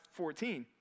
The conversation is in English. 14